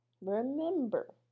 remember